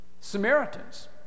Samaritans